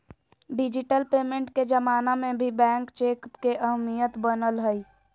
digital payment के जमाना में भी बैंक चेक के अहमियत बनल हइ